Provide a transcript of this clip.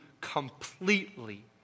completely